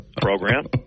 program